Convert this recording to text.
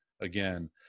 again